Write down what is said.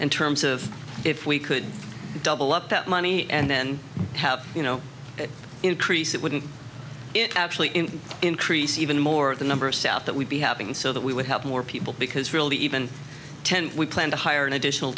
in terms of if we could double up that money and then have you know increase it wouldn't it actually in increase even more the number of south that we'd be having so that we would help more people because really even ten we plan to hire an additional